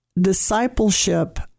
discipleship